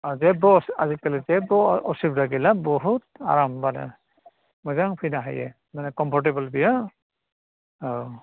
अह जेबो अस आजिखालि जेबो असुबिदा गैला बुहुत आराम मोनो मोजां फैनो हायो माने खमफर्टेबोल बियो औ